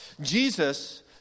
Jesus